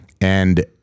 and-